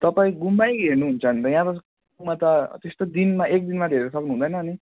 तपाईँ गुम्बै हेर्नुहुन्छ भने त यहाँ त गुम्बा त त्यस्तो दिनमा एक दिनमा त हेरेर सक्नुहुँदैन नि